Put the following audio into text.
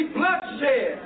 bloodshed